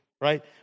right